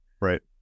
Right